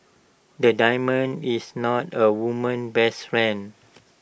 the diamond is not A woman's best friend